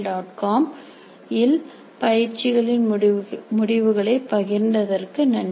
com இல் பயிற்சிகளின் முடிவுகளை பகிர்ந்ததற்கு நன்றி